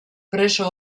preso